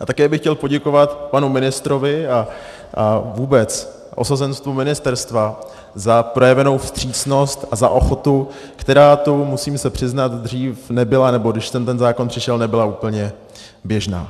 A také bych chtěl poděkovat panu ministrovi a vůbec osazenstvu ministerstva za projevenou vstřícnost a za ochotu, která tu, musím se přiznat, dřív nebyla, nebo když sem ten zákon přišel, nebyla úplně běžná.